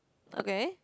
okay